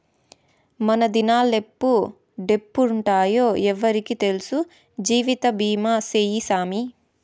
మనదినాలెప్పుడెప్పుంటామో ఎవ్వురికి తెల్సు, జీవితబీమా సేయ్యి సామీ